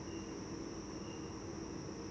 இது தான்:idhu thaan one